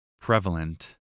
prevalent